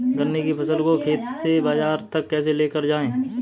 गन्ने की फसल को खेत से बाजार तक कैसे लेकर जाएँ?